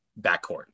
backcourt